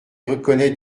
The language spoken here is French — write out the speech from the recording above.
reconnaît